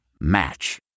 Match